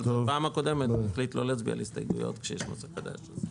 אבל בפעם הקודמת הוא החליט לא להצביע על ההסתייגויות כשיש נושא חדש.